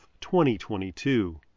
2022